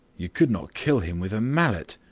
you could not kill him with a mallet.